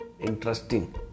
interesting